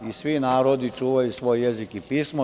Svi narodi čuvaju svoj jezik i pismo.